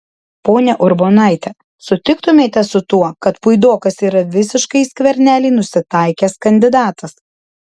ponia urbonaite sutiktumėte su tuo kad puidokas yra visiškai į skvernelį nusitaikęs kandidatas